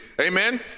amen